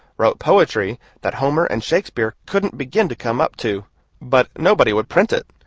wrote poetry that homer and shakespeare couldn't begin to come up to but nobody would print it,